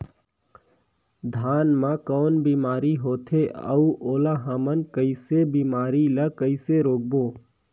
धान मा कौन बीमारी होथे अउ ओला हमन कइसे बीमारी ला कइसे रोकबो?